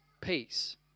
peace